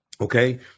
Okay